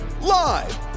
live